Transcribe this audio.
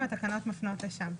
התקנות מפנות לשם.